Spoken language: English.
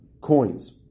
coins